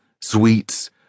Sweets